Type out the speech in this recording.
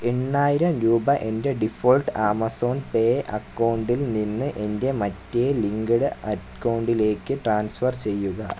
എണ്ണായിരം രൂപ എൻ്റെ ഡിഫോൾട്ട് ആമസോൺ പേ അക്കൗണ്ടിൽ നിന്ന് എൻ്റെ മറ്റേ ലിങ്ക്ഡ് അക്കൗണ്ടിലേക്ക് ട്രാൻസ്ഫർ ചെയ്യുക